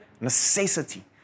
necessity